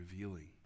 revealing